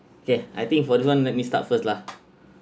kay I think for this one let me start first lah